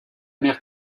mer